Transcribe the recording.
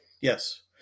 Yes